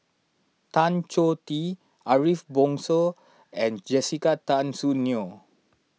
Tan Choh Tee Ariff Bongso and Jessica Tan Soon Neo